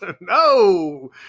No